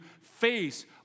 face